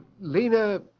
Lena